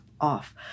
off